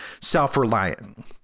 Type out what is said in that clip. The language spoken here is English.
Self-reliant